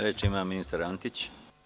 Reč ima ministar Antić.